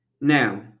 now